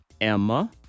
Emma